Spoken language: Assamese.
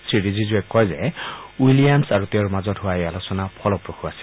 শ্ৰীৰিজিজুৱে কয় যে উইলিয়ামছ আৰু তেওঁৰ মাজত হোৱা এই আলোচনা ফলপ্ৰসু আছিল